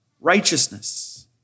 Righteousness